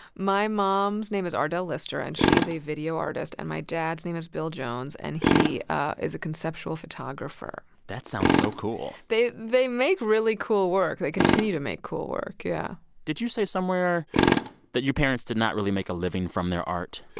my mom's name is ardele lister, and she is a video artist. and my dad's name is bill jones, and he ah is a conceptual photographer that sounds so cool they they make really cool work. they continue to make cool work, yeah did you say somewhere that your parents did not really make a living from their art?